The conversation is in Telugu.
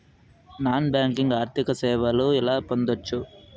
నాన్ బ్యాంకింగ్ ఆర్థిక సేవలు ఎలా పొందొచ్చు?